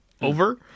over